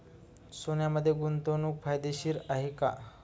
सोन्यामध्ये गुंतवणूक फायदेशीर आहे का?